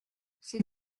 ces